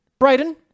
Brayden